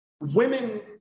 women